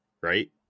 right